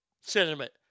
sentiment